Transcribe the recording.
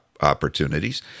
opportunities